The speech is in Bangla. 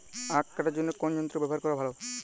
আঁখ কাটার জন্য কোন যন্ত্র ব্যাবহার করা ভালো?